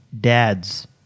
Dads